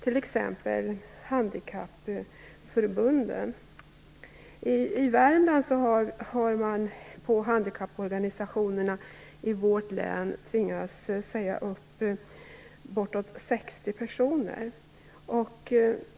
I Värmland har handikapporganisationerna tvingats säga upp bortåt 60 personer.